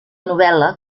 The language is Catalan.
novel·la